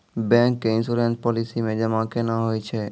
Bank के insurance policy मे जमा केना होय छै?